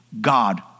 God